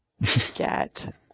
get